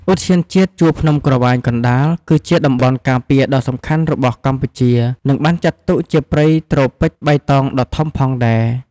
ឧទ្យានជាតិជួរភ្នំក្រវាញកណ្តាល គឺជាតំបន់ការពារដ៏សំខាន់របស់កម្ពុជា និងបានចាត់ទុកជាព្រៃត្រូពិចបៃតងដ៏ធំផងដែរ។